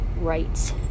rights